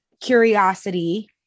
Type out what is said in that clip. curiosity